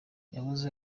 yahoze